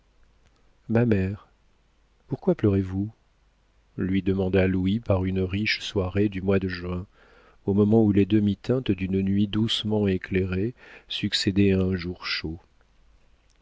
ma mère pourquoi pleurez-vous lui demanda louis par une riche soirée du mois de juin au moment où les demi teintes d'une nuit doucement éclairée succédaient à un jour chaud